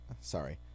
Sorry